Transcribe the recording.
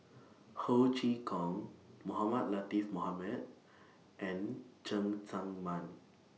Ho Chee Kong Mohamed Latiff Mohamed and Cheng Tsang Man